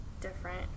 different